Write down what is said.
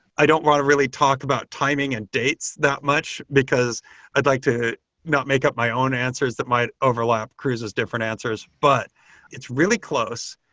i don't want to really talk about timing and dates that much, because i'd like to not make up my own answers that might overlap cruise's different answers. but it's really close.